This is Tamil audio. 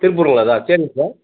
திருப்பூருங்களா சார் சரிங்க சார்